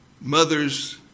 mother's